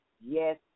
Yes